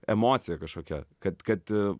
emocija kažkokia kad kad